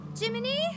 Jiminy